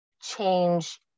change